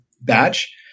batch